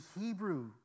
Hebrew